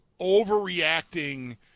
overreacting